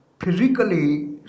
physically